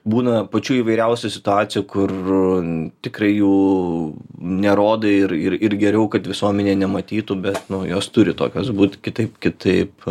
būna pačių įvairiausių situacijų kur tikrai jų nerodai ir ir ir geriau kad visuomenė nematytų bet nu jos turi tokios būt kitaip kitaip